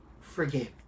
forgive